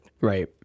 Right